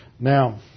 Now